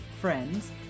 friends